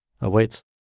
awaits